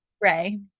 Ray